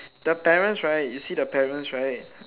the parents right you see the parents right